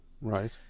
Right